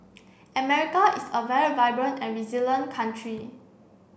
America is a very vibrant and resilient country